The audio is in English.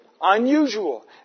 unusual